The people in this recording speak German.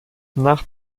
nach